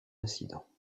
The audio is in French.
incidents